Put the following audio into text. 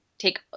Take